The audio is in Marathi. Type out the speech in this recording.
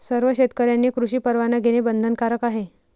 सर्व शेतकऱ्यांनी कृषी परवाना घेणे बंधनकारक आहे